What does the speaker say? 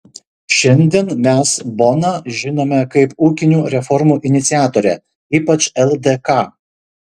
šiandien mes boną žinome kaip ūkinių reformų iniciatorę ypač ldk